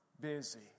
busy